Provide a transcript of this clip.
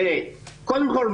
קודם כל,